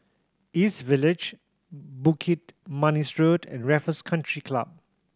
East Village Bukit Manis Road and Raffles Country Club